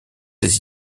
ses